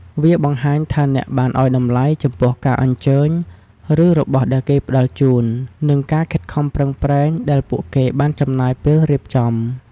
វាបង្ហាញថាអ្នកបានឲ្យតម្លៃចំពោះការអញ្ជើញ ឬរបស់ដែលគេផ្តល់ជូន និងការខិតខំប្រឹងប្រែងដែលពួកគេបានចំណាយពេលរៀបចំ។